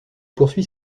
poursuit